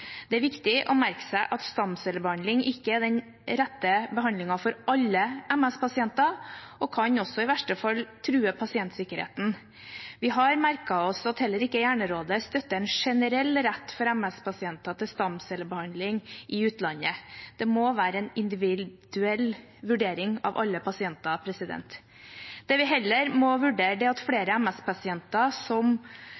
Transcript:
Det er viktig å merke seg at stamcellebehandling ikke er den rette behandlingen for alle MS-pasienter, og kan også i verste fall true pasientsikkerheten. Vi har merket oss at heller ikke Hjernerådet støtter en generell rett for MS-pasienter til stamcellebehandling i utlandet. Det må være en individuell vurdering av alle pasienter. Det vi heller må vurdere, er at